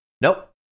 Nope